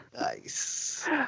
Nice